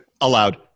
allowed